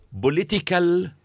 political